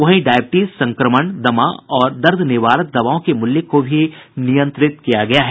वहीं डायबिटीज संक्रमण दमा और दर्द निवारक दवाओं के मूल्य को भी नियंत्रित किया गया है